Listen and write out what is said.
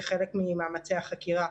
כחלק ממאמצי החקירה,